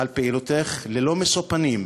על פעילותך ללא משוא פנים,